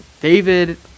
David